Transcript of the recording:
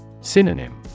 Synonym